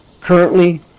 Currently